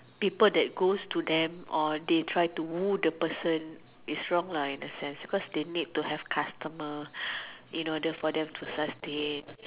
people that goes to them or they try to woo the person its wrong in a sense because they need to have customer in order to sustain